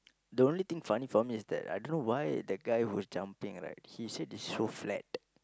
the only thing funny for me is that I don't know why that guy who's jumping right he said it's so flat